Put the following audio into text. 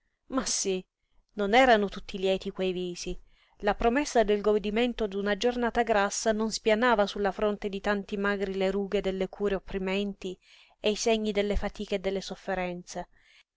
ma sí non erano tutti lieti quei visi la promessa del godimento d'una giornata grassa non spianava su la fronte di tanti magri le rughe delle cure opprimenti e i segni delle fatiche e delle sofferenze